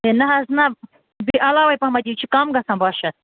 ہے نہَ حظ نہَ بیٚیہِ عَلاوے پَہَم دِیِو یہِ چھُ کم گَژھان باہ شتھ